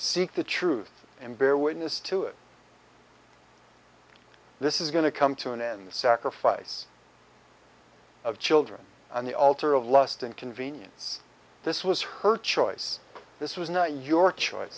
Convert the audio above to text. seek the truth and bear witness to it this is going to come to an end the sacrifice of children on the altar of lust and convenience this was her choice this was not your choice